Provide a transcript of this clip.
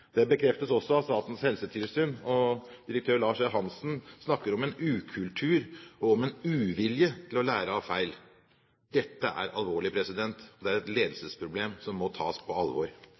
Det bekreftes også av Statens helsetilsyn, og direktør Lars E. Hanssen snakker om en ukultur og en uvilje til å lære av feil. Dette er alvorlig, og det er et ledelsesproblem som må tas på alvor.